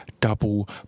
double